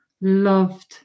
loved